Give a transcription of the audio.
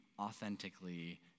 authentically